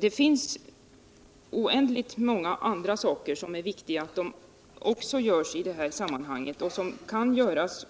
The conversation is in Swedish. Det finns oändligt många andra viktiga saker vilka, som statsrådet påpekade, kan göras